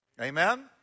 amen